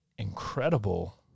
incredible